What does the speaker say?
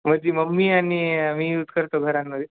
माझी मम्मी आणि मी यूज करतो घरामध्ये